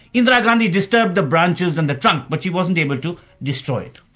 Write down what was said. you know but gandhi disturbed the branches and the trunk but she wasn't able to destroy it.